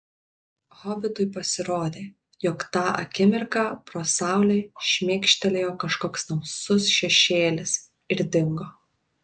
hobitui pasirodė jog tą akimirką pro saulę šmėkštelėjo kažkoks tamsus šešėlis ir dingo